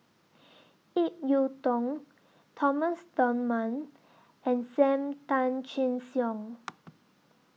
Ip Yiu Tung Thomas Dunman and SAM Tan Chin Siong